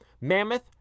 Mammoth